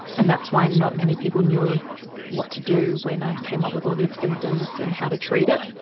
and that's why not many people knew what to do when i came up with all these symptoms, and how to treat it.